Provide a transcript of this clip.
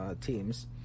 teams